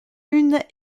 une